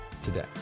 today